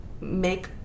make